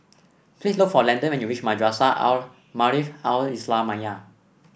please look for Landon when you reach Madrasah Al Maarif Al Islamiah